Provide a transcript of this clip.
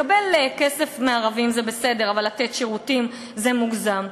לקבל כסף מערבים זה בסדר, אבל לתת שירותים, מוגזם.